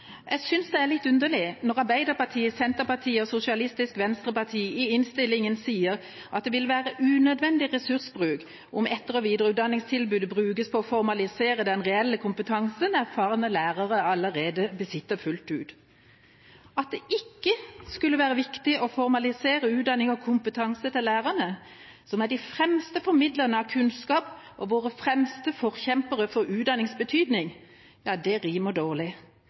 jeg synes det er litt underlig når Arbeiderpartiet, Senterpartiet og Sosialistisk Venstreparti i innstillingen sier at «det vil være unødvendig ressursbruk om etter- og videreutdanningstilbudet brukes til å formalisere den reelle kompetansen erfarne lærere allerede besitter fullt ut». At det ikke skulle være viktig å formalisere utdanningen og kompetansen til lærerne, som er de fremste formidlerne av kunnskap og våre fremste forkjempere for betydningen av utdanning, rimer dårlig.